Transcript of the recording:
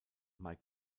mike